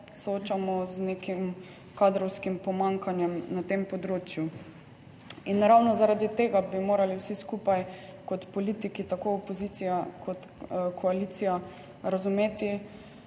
soočamo z nekim kadrovskim pomanjkanjem na tem področju. In ravno zaradi tega bi morali vsi skupaj kot politiki, tako opozicija kot koalicija, razumeti,